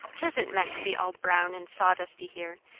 tisn't meant to be all brown and sawdusty here,